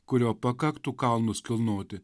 kurio pakaktų kalnus kilnoti